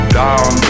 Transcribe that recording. down